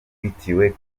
witiriwe